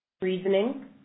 Reasoning